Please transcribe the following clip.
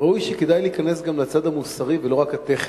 ראוי גם להיכנס לצד המוסרי, ולא רק הטכני,